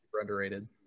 underrated